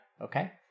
okay